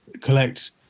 collect